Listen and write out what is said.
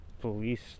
police